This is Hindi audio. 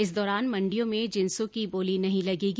इस दौरान मंडियों में जिसों की बोली नहीं लगेगी